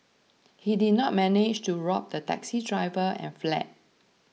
he did not manage to rob the taxi driver and fled